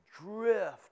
drift